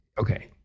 okay